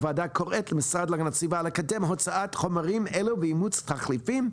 הוועדה קוראת למשרד להגנת הסביבה לקדם הוצאת חומרים אלו ואימוץ תחליפים,